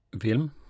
film